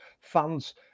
fans